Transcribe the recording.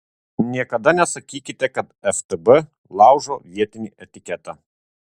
niekada nesakykite kad ftb laužo vietinį etiketą